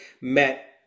met